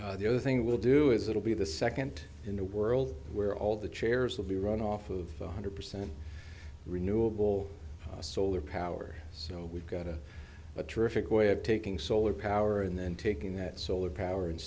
there the other thing we'll do is it'll be the second in the world where all the chairs will be run off of one hundred percent renewable solar power so we've got a a terrific way of taking solar power and then taking that solar power and